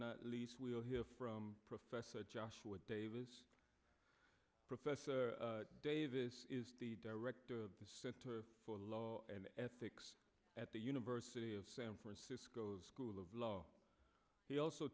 not least we'll hear from professor joshua davis professor davis is the director of the center for law and ethics at the university of san francisco's school of law he also